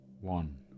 One